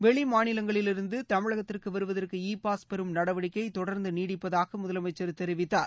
வெளிமாநிலங்களிலிருந்து தமிழகத்திற்கு வருவதற்கு E pass பெறும் நடவடிக்கை தொடர்ந்து நீடிப்பதாக முதலமைச்சர் தெரிவித்தார்